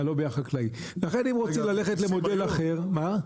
לכן, אם רוצים למודל אחר, מה?